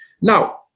Now